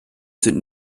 sind